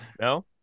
No